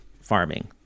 farming